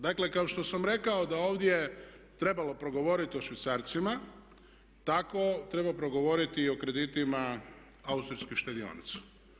Dakle, kao što sam rekao da ovdje je trebalo progovoriti o švicarcima tako treba progovoriti i o kreditima austrijskih štedionica.